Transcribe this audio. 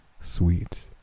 Sweet